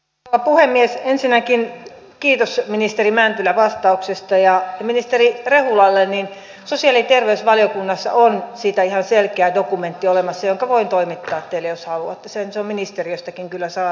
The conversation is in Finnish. puhemies ensinnäkin tiedossa ministeri mäntylä vastauksesta ja ministeri rehulallemiin sosiaali terveysvaliokunnassa on sitä ihan selkeä dokumentti olen asian tavoin toimita jos monista urheilulajeista on tulossa eliitin etuoikeus